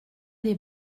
des